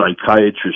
psychiatrist